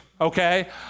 okay